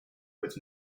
with